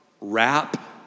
rap